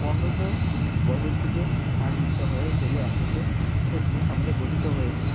পনেরোশো বছর থেকে হয়ে চলে এসেছে এসব জিনিস আমাদের গঠিত হয়েছে